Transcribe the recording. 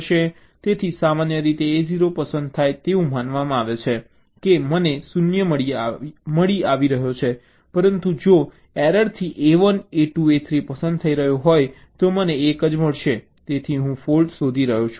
તેથી સામાન્ય રીતે A0 પસંદ થાય તેવું માનવામાં આવે છે કે મને 0 મળી રહ્યો છે પરંતુ જો એરરથી A1 A2 A3 પસંદ થઈ રહ્યો હોય તો મને 1 મળશે જેથી હું ફૉલ્ટ શોધી શકું